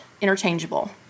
interchangeable